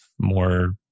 more